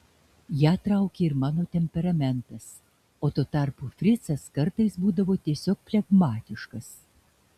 ją traukė ir mano temperamentas o tuo tarpu fricas kartais būdavo tiesiog flegmatiškas